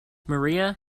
maria